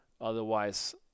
Otherwise